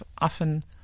often